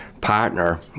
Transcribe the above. partner